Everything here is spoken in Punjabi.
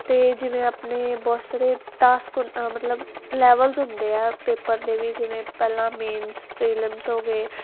ਅਤੇ ਜਿਵੇਂ ਆਪਣੇ ਬਹੁਤ ਸਾਰੇ ਟਾਸਕ ਮਤਲਬ ਲੈਵਲਸ ਹੁੰਦੇ ਆ ਪੇਪਰ ਦੇ ਵੀ ਜਿਵੇਂ ਪਹਿਲਾਂ ਮੇਨਸ ਪ੍ਰੀਲਮਸ ਹੋ ਗਏ